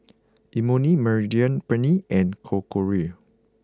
Imoni Mediterranean Penne and Korokke